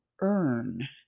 earn